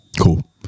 Cool